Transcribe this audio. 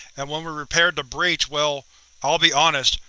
and when we repaired the breach, well i'll be honest,